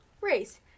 race